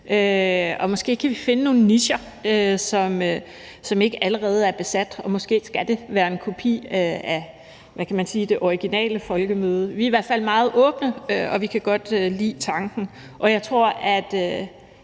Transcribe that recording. Måske kan vi finde nogle nicher, som ikke allerede er besat, og måske skal det være en kopi af – hvad kan man sige – det originale folkemøde. Vi er i hvert fald meget åbne, og vi kan godt lide tanken, og jeg tror,